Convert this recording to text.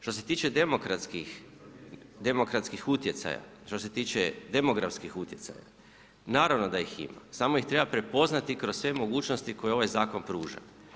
Što se tiče demokratskih utjecaja, što se tiče demografskih utjecaja, naravno da ih ima, samo ih treba prepoznati kroz sve mogućnosti koje ovaj Zakon pruža.